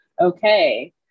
okay